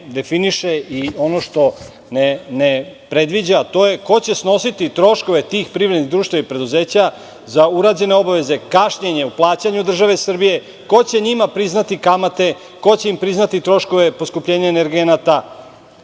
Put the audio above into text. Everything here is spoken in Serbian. definiše i ono što ne predviđa, ko će snositi troškove tih privrednih društava i preduzeća za urađene obaveze, kašnjenje u plaćanju države Srbije, ko će njima priznati kamate, troškove, poskupljenje energenata,